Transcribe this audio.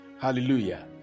Hallelujah